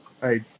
right